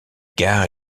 gare